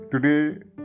Today